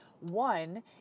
One